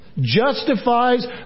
justifies